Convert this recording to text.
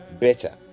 better